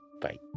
bye